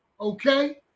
Okay